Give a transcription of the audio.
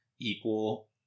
equal